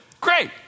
Great